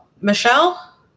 Michelle